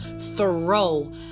throw